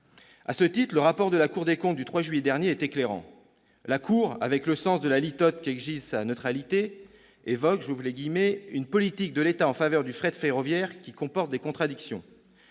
À ce titre, le rapport de la Cour des comptes du 3 juillet dernier est éclairant. La Cour, avec le sens de la litote qu'exige sa neutralité, évoque « une politique de l'État en faveur du fret ferroviaire [qui] comporte des contradictions